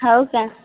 हो का